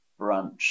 brunch